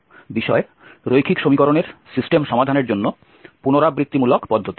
সুতরাং এটি হল বক্তৃতা সংখ্যা 21 বিষয় রৈখিক সমীকরণের সিস্টেম সমাধানের জন্য পুনরাবৃত্তিমূলক পদ্ধতি